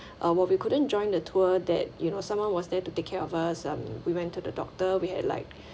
uh we couldn't join the tour that you know someone was there to take care of us um we went to the doctor we had like